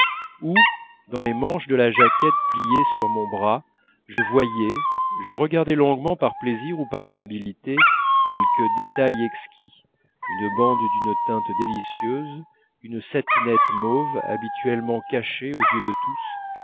ou dans les manches de la jaquette pliée sur mon bras je voyais je regardais longuement par plaisir ou par amabilité quelque détail exquis une bande d'une teinte délicieuse une satinette mauve habituellement cachée aux yeux de tous